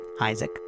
Isaac